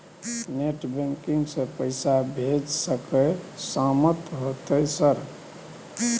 Net banking से पैसा भेज सके सामत होते सर?